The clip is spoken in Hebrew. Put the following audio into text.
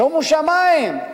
שומו שמים,